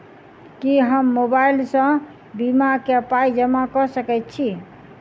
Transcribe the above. की हम मोबाइल सअ बीमा केँ पाई जमा कऽ सकैत छी?